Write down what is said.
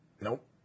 Nope